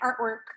artwork